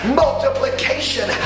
multiplication